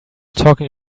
talking